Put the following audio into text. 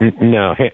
no